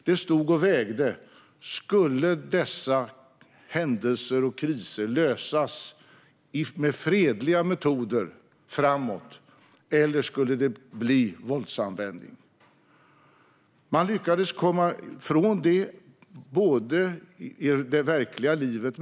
Det stod och vägde: Skulle dessa händelser och kriser lösas med fredliga metoder, eller skulle det bli våldsanvändning? Man lyckades att komma ifrån detta i det verkliga livet.